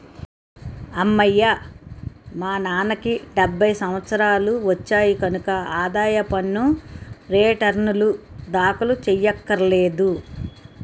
అమ్మయ్యా మా నాన్నకి డెబ్భై సంవత్సరాలు వచ్చాయి కనక ఆదాయ పన్ను రేటర్నులు దాఖలు చెయ్యక్కర్లేదు